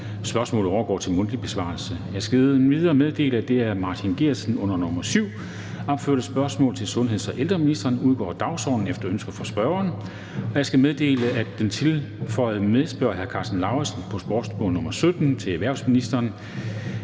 Spørgsmålet overgår til skriftlig besvarelse. Jeg skal endvidere meddele, at det af Martin Geertsen (V) under nr. 7) opførte spørgsmål til sundheds- og ældreministeren (spm. nr. 327) udgår af dagsordenen efter ønske fra spørgeren. Jeg skal meddele, at der som medspørger på spørgsmål nr. 17 til erhvervsministeren